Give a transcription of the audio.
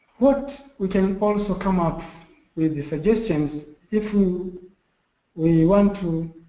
what we can also come up with the suggestions if we we want to